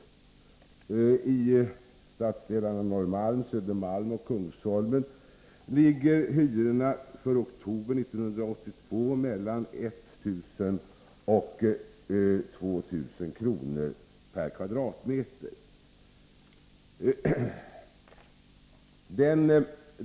I stadsdelarna Norrmalm, Södermalm och Kungsholmen ligger hyrorna i oktober 1982 mellan 1000 och 2000 kr. per kvadratmeter.